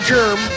Germ